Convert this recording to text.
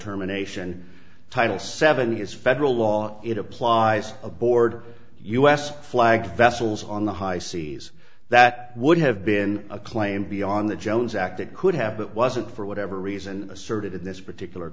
termination title seven is federal law it applies aboard a u s flag vessels on the high seas that would have been a claim beyond the jones act it could have but wasn't for whatever reason asserted in this particular